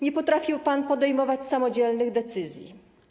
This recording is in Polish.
Nie potrafił pan podejmować samodzielnych decyzji.